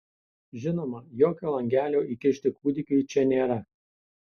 žinoma jokio langelio įkišti kūdikiui čia nėra